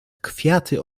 kwiaty